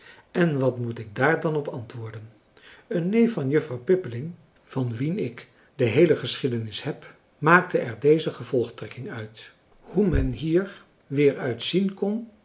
en wat moet ik daar dan op antwoorden een neef van juffrouw pippeling van wien ik de heele geschiedenis heb maakte er deze gevolgtrekking uit hoe men hier weer uit zien kon